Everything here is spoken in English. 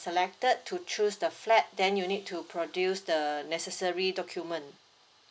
selected to choose the flat then you need to produce the the necessary document